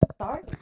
Sorry